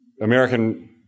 American